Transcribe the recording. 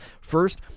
first